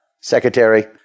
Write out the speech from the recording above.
secretary